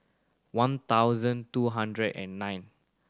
one thousand two hundred and nine